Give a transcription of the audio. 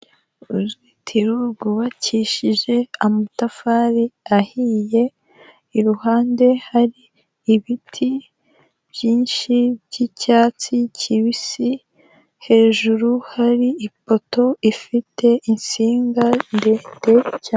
Uruzitiro rwubakishije amatafari ahiye, iruhande hari ibiti byinshi by'icyatsi kibisi, hejuru hari ipoto ifite insinga ndende cyane.